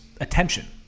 Attention